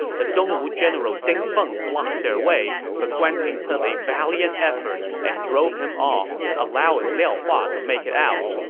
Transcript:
the dongwu general ding feng blocked their way, but guan ping put up valiant effort and drove him off, allowing liao hua to make it out.